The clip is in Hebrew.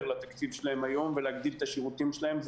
לתקציב שלהם היום ולהגדיל את השירותים שלהם.